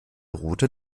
route